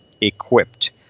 equipped